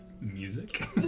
music